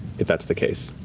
if that's the case,